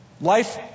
Life